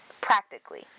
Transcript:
Practically